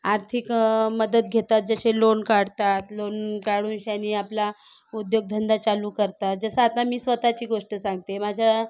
आर्थिक मदत घेतात जसे लोन काढतात लोन काढूनशानी आपला उद्योगधंदा चालू करतात जसं आता मी स्वतःची गोष्ट सांगते माझं